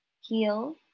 heal